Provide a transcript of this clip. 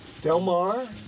delmar